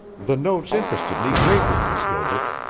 the notes interested me greatly, miss gilbert.